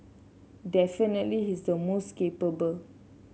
definitely he's the most capable